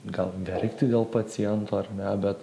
gal verkti dėl paciento ar ne bet